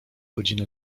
godzina